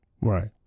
Right